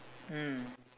mm